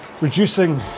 reducing